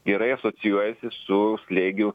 gerai asocijuojasi su slėgiu